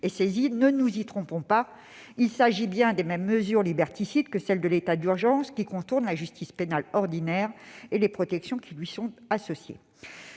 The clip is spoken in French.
il s'agit bien- ne nous y trompons pas -des mêmes mesures liberticides que celles de l'état d'urgence, qui contournent la justice pénale ordinaire et les protections qui lui sont associées.